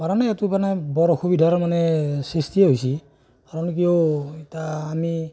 পাৰা নাই এইটো মানে বৰ অসুবিধাৰ মানে সৃষ্টি হৈছে কাৰণ কিয় এতিয়া আমি